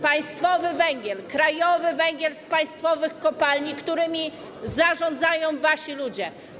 Państwowy węgiel, krajowy węgiel z państwowych kopalni, którymi zarządzają wasi ludzie.